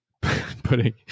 putting